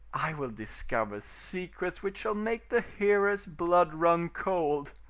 i will discover secrets which shall make the hearer's blood run cold.